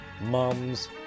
mums